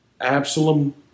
Absalom